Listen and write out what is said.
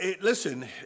listen